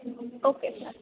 okay sir